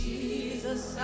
Jesus